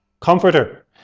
comforter